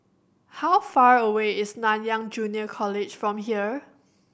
how far away is Nanyang Junior College from here